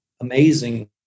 amazing